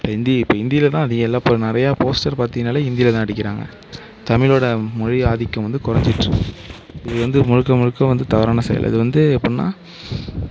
இந்தி இப்போ இந்தியில் தான் எல்லாம் நிறைய போஸ்டர் பார்த்தீங்கனாலே இந்தியில் தான் அடிக்கிறாங்க தமிழோட மொழி ஆதிக்கம் வந்து குறைஞ்சுட்டுருக்கு இது வந்து முழுக்க முழுக்க வந்து தவறான செயல் இது வந்து எப்படின்னால்